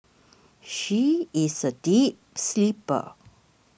she is a deep sleeper